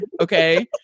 okay